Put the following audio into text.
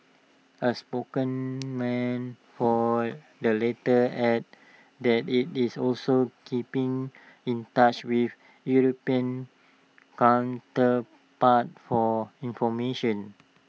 A spokesman for the latter added that IT is also keeping in touch with european counterpart for information